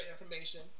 information